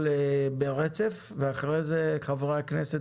חברי הכנסת,